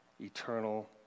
eternal